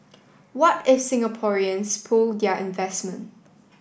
what if Singaporeans pull their investment